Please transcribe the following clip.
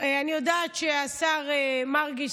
אני יודעת שהשר מרגי,